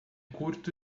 curto